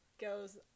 goes